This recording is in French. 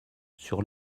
sur